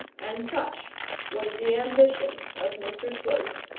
and such was the ambition of mr slope.